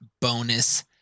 bonus